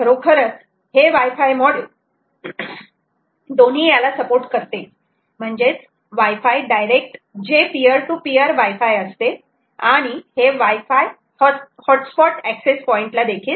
खरोखरच हे Wi Fi module दोन्ही याला सपोर्ट करते म्हणजेच वाय फाय डायरेक्ट जे peer to peer Wi Fi असते आणि हे Wi Fi hotspot access point Wi Fi hotspot access point